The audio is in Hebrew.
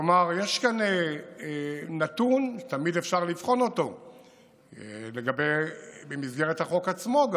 כלומר יש כאן נתון שתמיד אפשר לבחון גם במסגרת החוק עצמו,